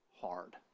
hard